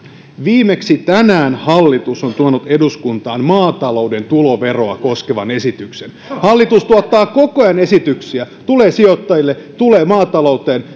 viimeksi tänään hallitus on tuonut eduskuntaan maatalouden tuloveroa koskevan esityksen hallitus tuottaa koko ajan esityksiä tulee sijoittajille tulee maatalouteen